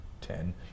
ten